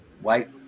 white